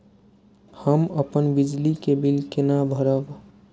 हम अपन बिजली के बिल केना भरब?